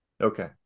Okay